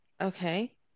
Okay